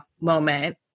moment